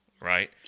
Right